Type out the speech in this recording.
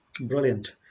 Brilliant